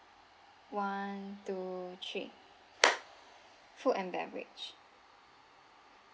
one two three food and beverage